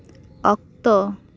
ᱚᱠᱛᱚ